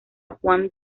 juan